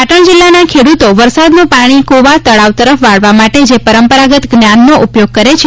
પાટણ જિલ્લાના ખેડૂતો વરસાદનું પાણી કૂવા તળાવ તરફ વાળવા માટે જે પરંપરાગત જ્ઞાનનો ઉપયોગ કરે છે